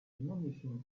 diminishing